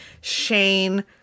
Shane